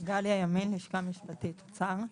אני מהלשכה המשפטית, אוצר.